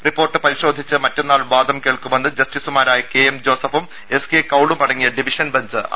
report പരിശോധിച്ച് മറ്റന്നാൾ വാദം കേൾക്കുമെന്ന് ജസ്റ്റിസുമാരായ കെ എം ജോസഫും എസ് കെ കൌളും അടങ്ങിയ ഡിവിഷൻ ബെഞ്ച് അറിയിച്ചു